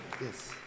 yes